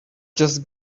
just